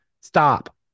Stop